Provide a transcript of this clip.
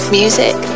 music